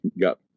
got